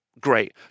great